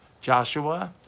Joshua